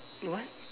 what